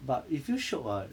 but it feels shiok [what]